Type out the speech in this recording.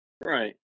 Right